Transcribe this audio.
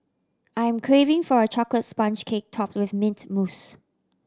I am craving for a chocolate sponge cake top with mint mousse